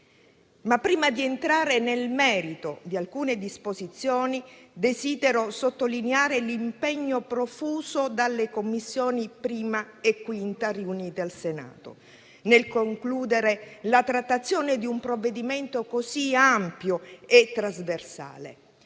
Prima di entrare nel merito di alcune disposizioni, desidero sottolineare l'impegno profuso dalle Commissioni 1a e 5a riunite al Senato nel concludere la trattazione di un provvedimento così ampio e trasversale.